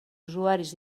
usuaris